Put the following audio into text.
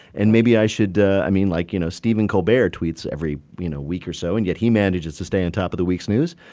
and maybe i should i mean, like, you know, stephen colbert tweets every you know week or so and yet he manages to stay on top of the week's news.